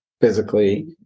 physically